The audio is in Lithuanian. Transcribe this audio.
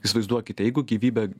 įsivaizduokite jeigu gyvybė